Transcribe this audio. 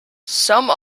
some